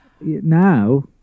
now